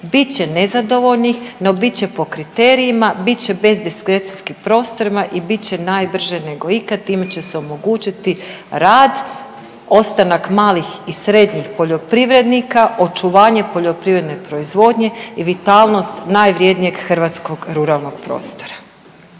Bit će nezadovoljnih, no bit će po kriterijima, bit će bez diskrecijskih prostorima i bit će najbrže nego ikad. Time će se omogućiti rad, ostanak malih i srednjih poljoprivrednika, očuvanje poljoprivredne proizvodnje i vitalnost najvrjednijeg hrvatskog ruralnog prostora.